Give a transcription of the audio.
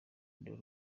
radio